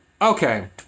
okay